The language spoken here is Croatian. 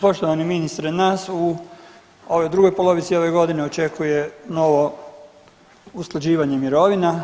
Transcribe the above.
Poštovani ministre nas u ovoj drugoj polovici ove godine očekuje novo usklađivanje mirovina.